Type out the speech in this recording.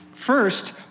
First